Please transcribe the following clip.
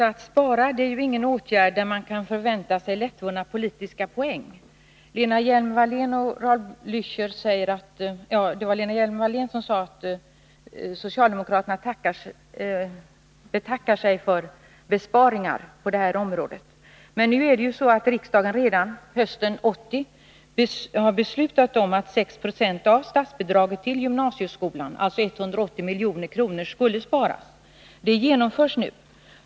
Herr talman! När man föreslår sparåtgärder kan man inte förvänta sig att få lättvunna politiska poäng. Lena Hjelm-Wallén sade att socialdemokraterna betackar sig för besparingar på det här området. Men riksdagen har ju redan hösten 1980 beslutat att 6 70 av statsbidraget till gymnasieskolan, alltså 180 milj.kr., skulle sparas. Detta genomförs nu.